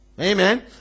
amen